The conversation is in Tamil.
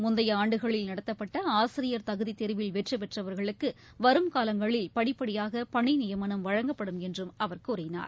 முந்தைய ஆண்டுகளில் நடத்தப்பட்ட ஆசிரியர் தகுதித் தேர்வில் வெற்றி பெற்றவர்களுக்கு வரும் காலங்களில் படிப்படியாக பணி நியமனம் வழங்கப்படும் என்றும் அவர் கூறினார்